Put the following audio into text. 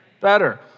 Better